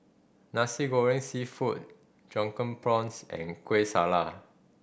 Nasi Goreng Seafood Drunken Prawns and Kueh Salat